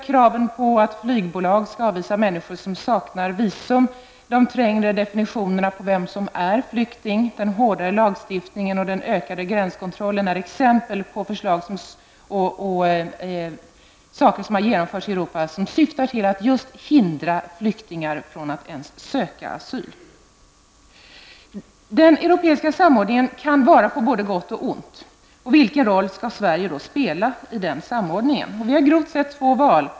Kraven på att flygbolagen skall avvisa människor som saknar visum, de trängre definitionerna på vem som är flykting, den hårdare lagstiftningen och den ökade gränskontrollen är exempel på saker som har genomförts i Europa och som syftar till just att hindra flyktingar från att ens söka asyl. Den europeiska samordningen kan vara på både gott och ont. Vilken roll skall Sverige spela i den samordningen? Vi har grovt sett två val.